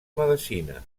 medicina